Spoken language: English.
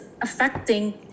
affecting